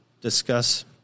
discuss